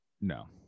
No